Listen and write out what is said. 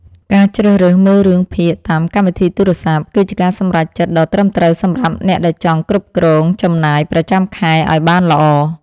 ការជ្រើសរើសមើលរឿងភាគតាមកម្មវិធីទូរស័ព្ទគឺជាការសម្រេចចិត្តដ៏ត្រឹមត្រូវសម្រាប់អ្នកដែលចង់គ្រប់គ្រងចំណាយប្រចាំខែឱ្យបានល្អ។